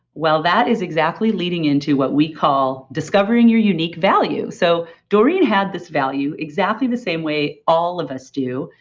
well, that is exactly leading into what we call discovering your unique value. so doreen had this value exactly the same way all of us do.